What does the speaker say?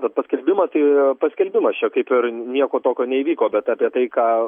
bet paskelbimas tai paskelbimas čia kaip ir nieko tokio neįvyko bet apie tai ką